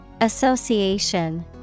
Association